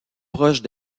proche